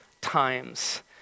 times